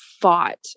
fought